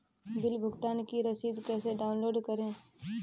Bill भुगतान की रसीद कैसे डाउनलोड करें?